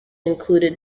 included